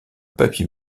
papier